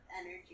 Energy